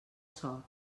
sort